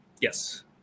Yes